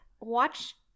watch